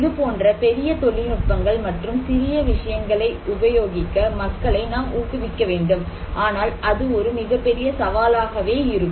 இதுபோன்ற பெரிய தொழில்நுட்பங்கள் மற்றும் சிறிய விஷயங்களை உபயோகிக்க மக்களை நாம் ஊக்குவிக்க வேண்டும் ஆனால் அது ஒரு மிகப்பெரிய சவாலாகவே இருக்கும்